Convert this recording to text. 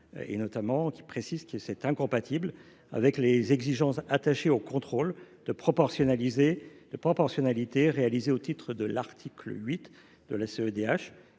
du code pénal et qui est incompatible avec les exigences attachées au contrôle de proportionnalité réalisé au titre de l’article 8 de la CEDH